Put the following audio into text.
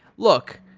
look,